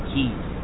Keys